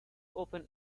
open